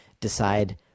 decide